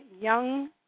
young